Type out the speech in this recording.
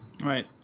Right